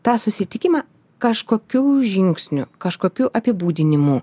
tą susitikimą kažkokiu žingsniu kažkokiu apibūdinimu